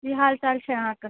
की हाल चाल छै अहाँके